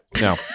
No